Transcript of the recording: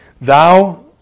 thou